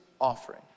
offering